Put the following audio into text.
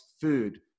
food